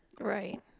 Right